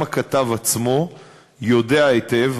גם הכתב עצמו יודע היטב,